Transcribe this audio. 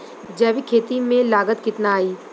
जैविक खेती में लागत कितना आई?